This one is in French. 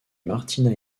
martina